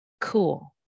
Cool